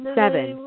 seven